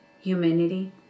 humanity